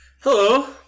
Hello